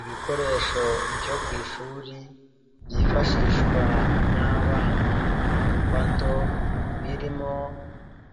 Ibikoresho byo ku ishuri byifashishwa n'abana bato birimo